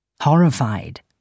Horrified